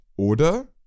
oder